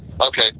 Okay